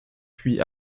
puis